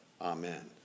amen